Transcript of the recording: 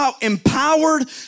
empowered